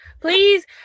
please